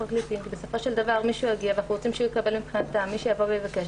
הפרקליטים כי בסופו של דבר אנחנו רוצים שמי שיבוא ויבקש,